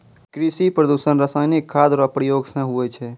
कृषि प्रदूषण रसायनिक खाद रो प्रयोग से हुवै छै